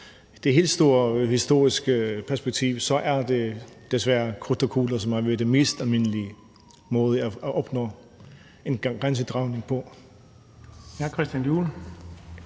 i det helt store historiske perspektiv, er det desværre krudt og kugler, som har været den mest almindelige måde at opnå en grænsedragning på.